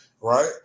right